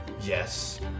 Yes